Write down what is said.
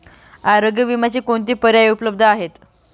आरोग्य विम्याचे कोणते पर्याय उपलब्ध आहेत?